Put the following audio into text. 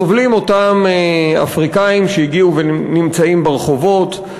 סובלים אותם אפריקנים שהגיעו ונמצאים ברחובות,